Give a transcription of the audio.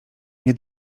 nie